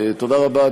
תודה רבה,